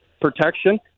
protection